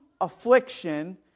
affliction